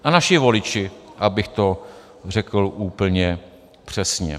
A naši voliči, abych to řekl úplně přesně.